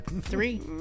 Three